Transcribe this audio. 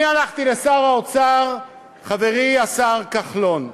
אני הלכתי לשר האוצר, חברי השר כחלון,